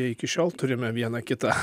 iki šiol turime vieną kitą